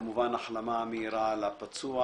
וכמובן החלמה מהירה לפצוע